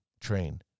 train